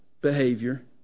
behavior